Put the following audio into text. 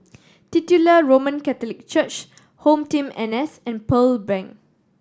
Titular Roman Catholic Church HomeTeam N S and Pearl Bank